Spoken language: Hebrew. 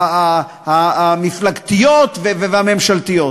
המפלגתיות והממשלתיות.